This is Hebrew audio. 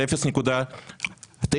של 0.9,